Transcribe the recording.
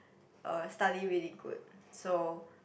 uh study really good so